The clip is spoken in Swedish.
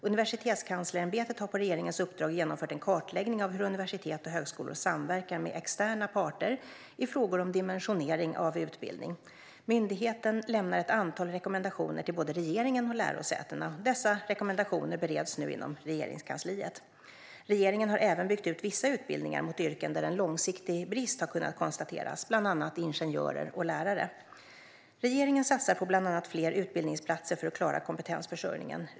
Universitetskanslersämbetet har på regeringens uppdrag genomfört en kartläggning av hur universitet och högskolor samverkar med externa parter i frågor om dimensionering av utbildning. Myndigheten lämnar ett antal rekommendationer till både regeringen och lärosätena. Dessa rekommendationer bereds nu inom Regeringskansliet. Regeringen har även byggt ut vissa utbildningar till yrken där en långsiktig brist har kunnat konstateras, bland annat ingenjörer och lärare. Regeringen satsar på bland annat fler utbildningsplatser för att klara kompetensförsörjningen.